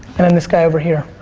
and then this guy over here.